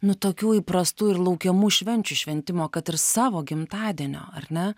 nu tokių įprastų ir laukiamų švenčių šventimo kad ir savo gimtadienio ar ne